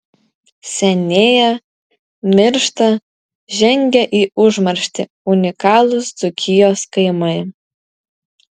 senėja miršta žengia į užmarštį unikalūs dzūkijos kaimai